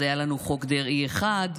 אז היו לנו חוק דרעי 1,